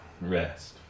Rest